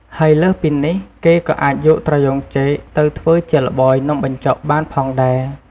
ហើយលើសពីនេះគេក៏អាចយកត្រយូងចេកទៅធ្វើជាល្បោយនំបញ្ចុកបានផងដែរ។